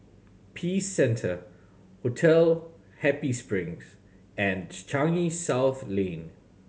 Peace Centre Hotel Happy Spring and Changi South Lane